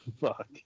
fuck